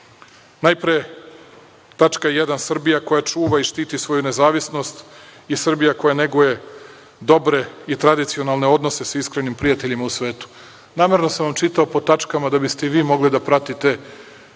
tačka 1. - Srbija koja čuva i štiti svoju nezavisnost i Srbija koja neguje dobre i tradicionalne odnose sa iskrenim prijateljima u svetu. Namerno sam vam čitao po tačkama da biste i vi mogli da pratite